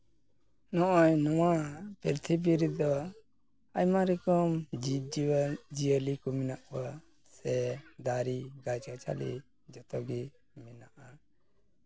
ᱱᱚᱜᱼᱚᱸᱭ ᱱᱚᱣᱟ ᱯᱨᱤᱛᱷᱤᱵᱤᱨ ᱨᱮᱫᱚ ᱟᱭᱢᱟ ᱨᱚᱠᱚᱢ ᱡᱤᱵᱽᱼᱡᱤᱭᱟᱹᱞᱤ ᱠᱚ ᱢᱮᱱᱟᱜ ᱠᱚᱣᱟ ᱥᱮ ᱫᱟᱨᱮ ᱜᱟᱪᱷᱼᱜᱟᱪᱷᱟᱞᱤ ᱡᱚᱴᱚᱜᱮ ᱢᱮᱱᱟᱜᱼᱟ